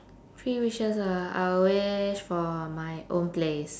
three wishes ah I'll wish for my own place